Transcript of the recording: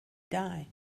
die